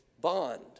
bond